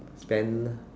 spend